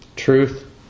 Truth